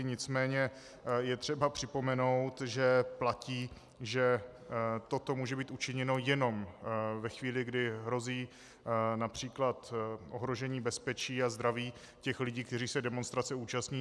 Nicméně je třeba připomenout, že platí, že toto může být učiněno jenom ve chvíli, kdy hrozí například ohrožení bezpečí a zdraví lidí, kteří se demonstrace účastní.